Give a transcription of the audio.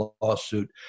lawsuit